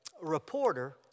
reporter